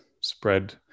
spread